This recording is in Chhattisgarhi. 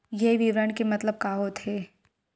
ये विवरण के मतलब का होथे?